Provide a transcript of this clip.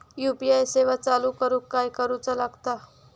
UPI सेवा चालू करूक काय करूचा लागता?